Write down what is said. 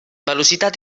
velocitat